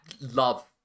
love